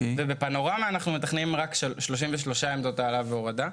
בפנורמה אנחנו מתכננים רק 33 עמדות העלאה והורדה.